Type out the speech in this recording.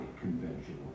conventional